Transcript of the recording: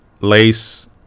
lace